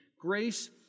grace